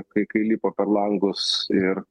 kai kai lipo per langus ir